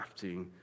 crafting